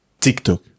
TikTok